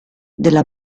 della